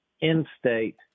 in-state